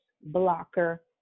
blocker